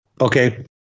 Okay